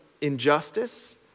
injustice